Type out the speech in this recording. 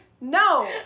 No